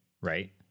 right